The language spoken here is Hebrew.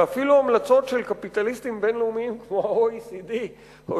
שאפילו המלצות של קפיטליסטים בין-לאומיים כמו ה-OECD או